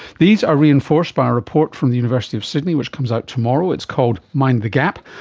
these are reinforced by a report from the university of sydney which comes out tomorrow, it's called mind the gap.